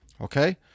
Okay